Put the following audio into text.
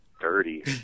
dirty